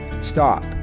stop